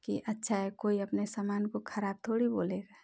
कि अच्छा है कोई अपने सामान को ख़राब थोड़ी बोलेगा